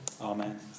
Amen